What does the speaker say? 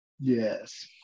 yes